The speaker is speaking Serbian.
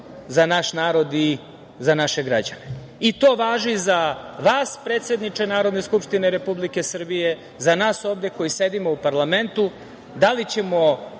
za naš narod i naše građane. To važi za vas predsedniče Narodne skupštine Republike Srbije, za nas ovde koji sedimo u parlamentu da li ćemo